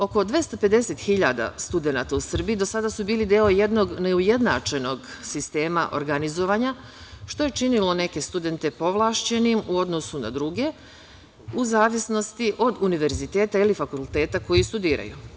Oko 250 hiljada studenata u Srbiji do sada su bili deo jednog neujednačenog sistema organizovanja, što je činilo neke studente povlašćenim u odnosu na druge u zavisnosti od univerziteta ili fakulteta koji studiraju.